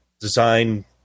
Design